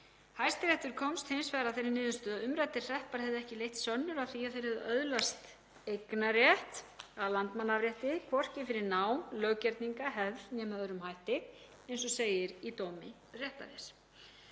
Hæstiréttur komst hins vegar að þeirri niðurstöðu að umræddir hreppar hefðu ekki leitt sönnur að því að þeir hefðu öðlast eignarrétt að Landmannaafrétti, hvorki fyrir nám, löggerninga, hefð né með öðrum hætti, eins og segir í dómi réttarins.